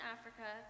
Africa